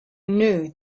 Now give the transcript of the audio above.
knew